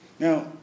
Now